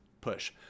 push